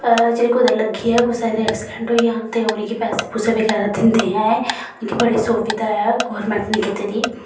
जेह्ड़ी कुतै लग्गी जाए कुसै दे एक्सीडेंट होई जान ते उनेंगी पैसे पूसे वगैरा दिंदे ऐ एह् मदकी बड़ी सुविधा ऐ गौरमैंट ने कीती दी